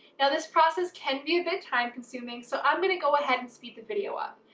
now this process can be a bit time consuming, so i'm going to go ahead and speed the video up.